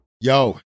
Yo